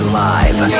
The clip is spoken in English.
live